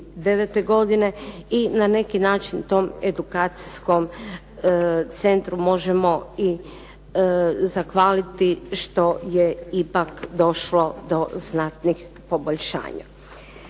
i na neki način tom edukacijskom centru možemo i zahvaliti što je ipak došlo do znatnih poboljšanja.